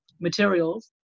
materials